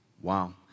Wow